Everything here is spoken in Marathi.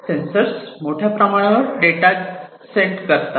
सेंसर मोठ्या प्रमाणावर डेटा सेंट करतात